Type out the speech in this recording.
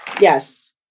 Yes